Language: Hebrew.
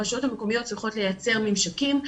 הרשויות המקומיות צריכות לייצר ממשקים,